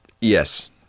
Yes